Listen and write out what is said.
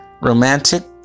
romantic